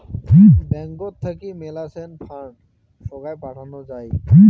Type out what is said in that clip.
ব্যাঙ্কত থাকি মেলাছেন ফান্ড সোগায় পাঠানো যাই